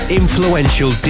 influential